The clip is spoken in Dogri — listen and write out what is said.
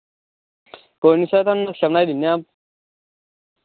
कोई निं सर थोआनू नक्शा बनाई दिन्ने आं